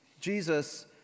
Jesus